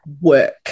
work